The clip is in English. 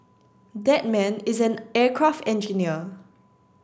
that man is an aircraft engineer